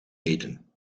meten